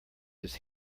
his